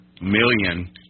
million